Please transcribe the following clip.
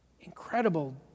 incredible